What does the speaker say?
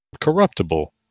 corruptible